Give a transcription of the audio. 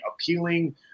appealing